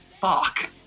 Fuck